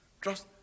Trust